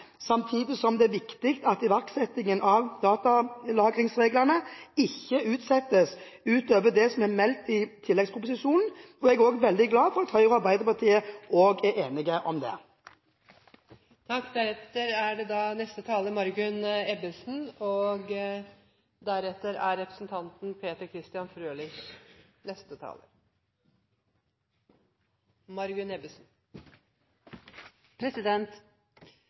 Samtidig er det viktig at iverksettingen av datalagringsreglene ikke utsettes utover det som er meldt i tilleggsproposisjonen. Jeg er også veldig glad for at Høyre og Arbeiderpartiet er enige om